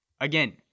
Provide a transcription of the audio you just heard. Again